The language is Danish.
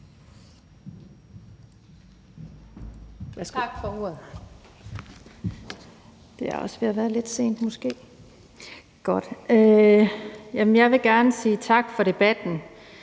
Tak for ordet. Det er måske også ved at være lidt sent. Jeg vil gerne sige tak for debatten,